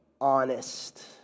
honest